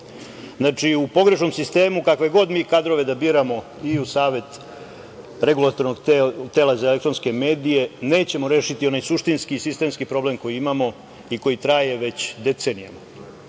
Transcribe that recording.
u pogrešnom sistemu kakve god mi kadrove da biramo i Savetu regulatornog tela za elektronske medije nećemo rešiti onaj suštinski sistemski problem koji imamo i koji traje već decenijama. Problem